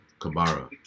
Kabara